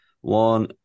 One